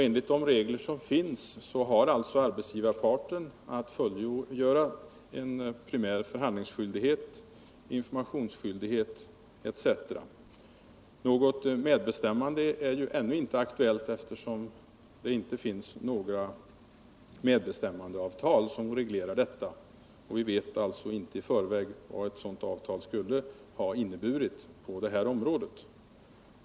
Enligt de regler som finns har arbetsgivarparten en primär förhandlingsskyldighet, informationsskyldighet etc. Något medbestämmande är ju ännu inte aktuellt, eftersom det inte finns några medbestämmandeavtal som reglerar detta. Vi vet alltså inte i förväg vad ett sådant avtal skulle ha inneburit på det här området.